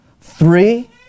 Three